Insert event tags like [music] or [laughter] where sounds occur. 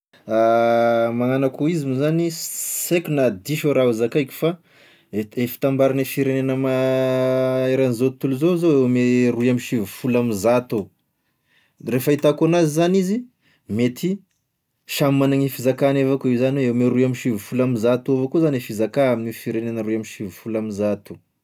[hesitation] Magnano akoa izy moa zany, sy aiko na diso raha hozakaiko, fa e- e fitambaragne firegnena ma [hesitation] eran'izao tontolo izao zao eo ame roy amby sivifolo amizato, da re fahitako an'azy zany izy mety samy magnany fizakagny avao koa io zany hoe eo ame roy amby sivifolo amizato avao koa zany e fizakà ame firenena e roy amby sivifolo amizato.